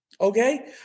okay